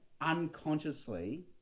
unconsciously